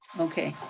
okay.